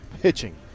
Pitching